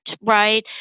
right